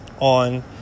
on